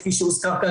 כפי שהוזכר כאן,